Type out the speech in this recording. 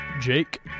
Jake